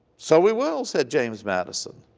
so we will, said james madison,